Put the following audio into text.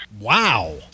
Wow